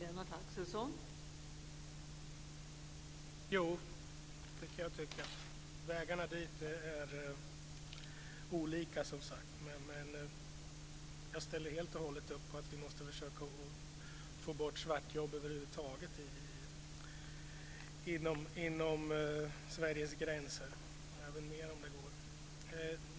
Fru talman! Jo, det kan jag tycka. Vägarna dit är olika, som sagt, men jag ställer helt och hållet upp på att vi måste försöka att få bort svartjobb över huvud taget inom Sveriges gränser.